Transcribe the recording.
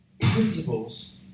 principles